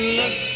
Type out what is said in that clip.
look